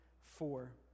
four